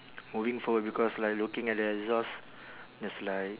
moving forward because like looking at the exhaust there's like